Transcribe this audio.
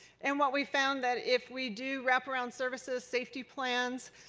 and what we found that if we do wrap around services, safety plans,